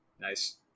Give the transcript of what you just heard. Nice